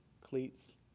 cleats